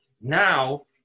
Now